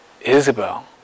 Isabel